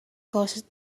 caused